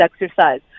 exercise